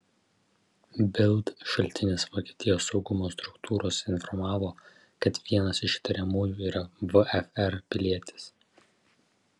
bild šaltinis vokietijos saugumo struktūrose informavo kad vienas iš įtariamųjų yra vfr pilietis